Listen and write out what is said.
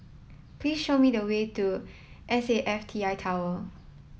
please show me the way to S A F T I Tower